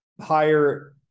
higher